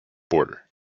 border